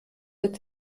wird